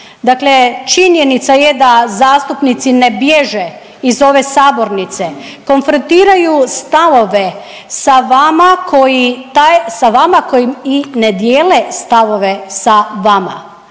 činjenica je da zastupnici ne bježe iz ove sabornice, konfrontiraju stavove sa vama koji taj, sa vama koji i ne dijele stavove sa vama.